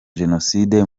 jenoside